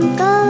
go